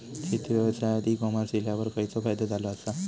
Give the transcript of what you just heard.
शेती व्यवसायात e commerce इल्यावर खयचो फायदो झालो आसा?